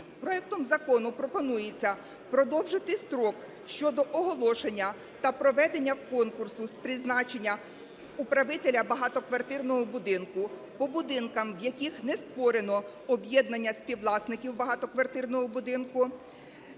Проектом закону пропонується продовжити строк щодо оголошення та проведення конкурсу з призначення управителя багатоквартирного будинку по будинках, в яких не створено об'єднання співвласників багатоквартирного будинку